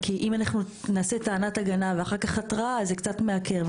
כי אם אנחנו נעשה טענת הגנה ואחר כך התראה אז זה קצת מעקר.